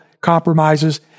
compromises